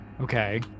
Okay